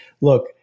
look